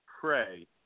pray